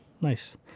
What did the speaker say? Nice